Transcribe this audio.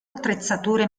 attrezzature